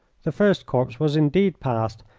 the first corps was indeed past,